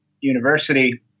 university